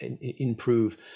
improve